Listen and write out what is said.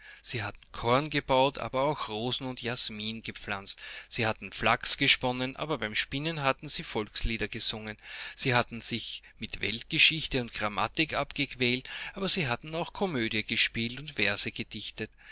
undruneberg fraulenngrenundfrederikabremergelesen siehattenkorn gebaut aber auch rosen und jasmin gepflanzt sie hatten flachs gesponnen aber beim spinnen hatten sie volkslieder gesungen sie hatten sich mit weltgeschichte und grammatik abgequält aber sie hatten auch komödie gespielt und verse gedichtet